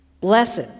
Blessed